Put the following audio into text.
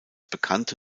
bekannte